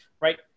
right